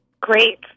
great